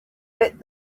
lighted